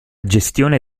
gestione